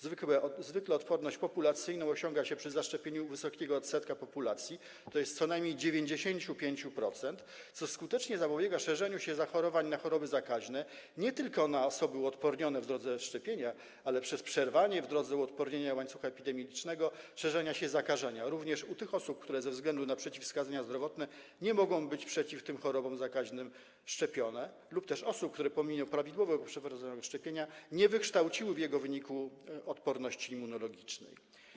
Zwykle odporność populacyjną osiąga się przy zaszczepieniu wysokiego odsetka populacji, tj. co najmniej 95%, co skutecznie zapobiega szerzeniu się zachorowań na choroby zakaźne nie tylko u osób uodpornionych w drodze szczepienia, ale też - przez przerwanie w drodze uodpornienia łańcucha epidemicznego - szerzenia się zakażenia, również u tych osób, które ze względu na przeciwwskazania zdrowotne nie mogą być przeciw tym chorobom zakaźnym szczepione, lub też u osób, które pomimo prawidłowo przeprowadzonego szczepieniach nie wykształciły w jego wyniku odporności immunologicznej.